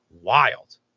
wild